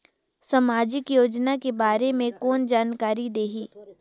समाजिक योजना के बारे मे कोन जानकारी देही?